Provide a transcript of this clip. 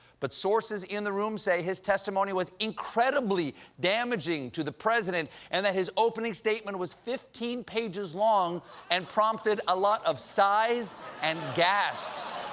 but sources in the room say his testimony was incredibly damaging to the president, and that his opening statement was fifteen pages long and prompted a lot of sighs and gasps.